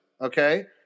Okay